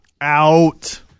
Out